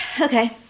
Okay